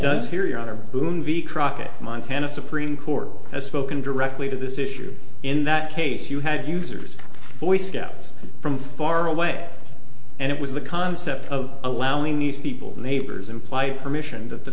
does here your honor boom v crockett montana supreme court has spoken directly to this issue in that case you had users boy scouts from far away and it was the concept of allowing these people neighbors imply permission to